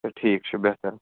اَچھا ٹھیٖک چھُ بہتر